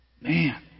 Man